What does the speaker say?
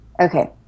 Okay